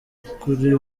kuri